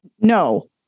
No